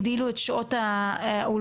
הגדילו את שעות האולפנים?